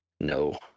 No